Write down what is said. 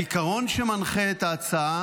העיקרון שמנחה את ההצעה